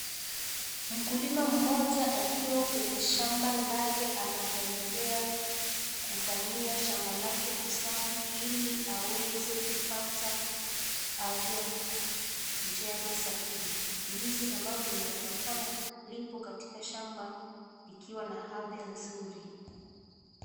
Mkulima mmoja akiwa kwenye shamba lake anaendelea kufanyia shamba lake usafi ili aweze kupata afya njema zaidi. Ndizi ambalo limeonekana lipo katika shamba likiwa na afya nzuri.